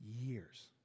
years